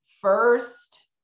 first